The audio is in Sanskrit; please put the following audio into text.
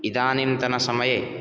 इदानिन्तनसमये